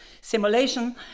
simulation